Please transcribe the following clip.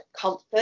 comfort